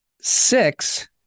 six